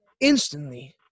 instantly